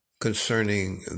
concerning